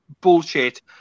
bullshit